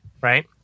right